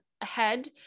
ahead